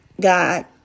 God